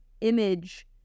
image